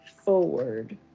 forward